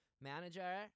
Manager